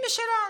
היא משלנו.